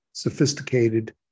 sophisticated